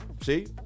see